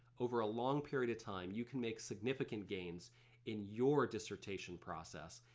over a long period of time you can make significant gains in your dissertation process.